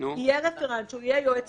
יהיה רפרנט שהוא יהיה יועץ משפטי.